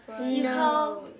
No